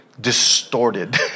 distorted